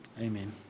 amen